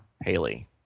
Haley